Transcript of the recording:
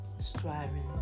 striving